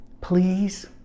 please